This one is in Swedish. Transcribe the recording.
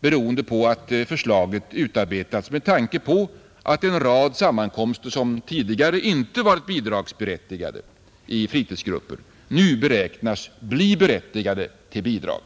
beroende på att förslaget utarbetats med tanke på att en rad sammankomster som tidigare inte varit bidragsberättigade i fritidsgrupper nu skall bli berättigade till bidrag.